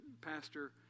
Pastor